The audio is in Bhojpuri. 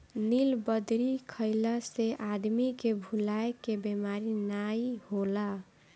नीलबदरी खइला से आदमी के भुलाए के बेमारी नाइ होला